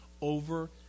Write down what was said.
over